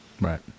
Right